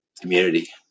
community